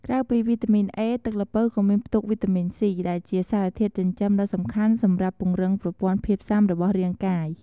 ក្រៅពីវីតាមីន A ទឹកល្ពៅក៏មានផ្ទុក វីតាមីន C ដែលជាសារធាតុចិញ្ចឹមដ៏សំខាន់សម្រាប់ពង្រឹងប្រព័ន្ធភាពស៊ាំរបស់រាងកាយ។